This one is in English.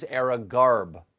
era garb.